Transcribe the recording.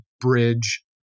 bridge